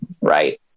right